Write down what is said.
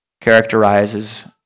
characterizes